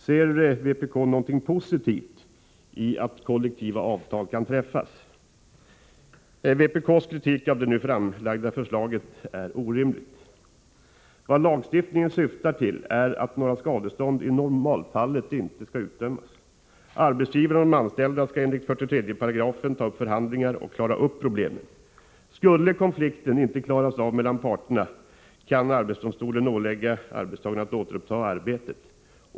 Ser vpk något positivt i att kollektivavtal kan träffas? Vpk:s kritik av det nu framlagda förslaget är orimlig. Vad lagstiftningen syftar till är att några skadestånd i normalfall inte skall utdömas. Arbetsgivarna och de anställda skall enligt 43 § ta upp förhandlingar och klara upp problemen. Skulle konflikten inte klaras av mellan parterna, kan arbetsdomstolen ålägga arbetstagarna att återuppta arbetet.